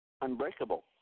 Unbreakable